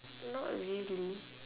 not really